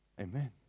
Amen